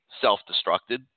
self-destructed